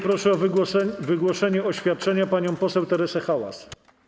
Proszę o wygłoszenie oświadczenia panią poseł Teresę Hałas.